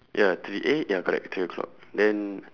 ya three eh ya correct three o'clock then